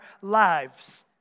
lives